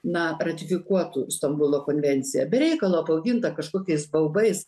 na ratifikuotų stambulo konvenciją be reikalo bauginta kažkokiais baubais